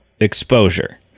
exposure